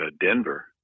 Denver